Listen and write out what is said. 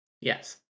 Yes